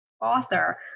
author